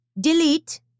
delete